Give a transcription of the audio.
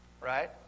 right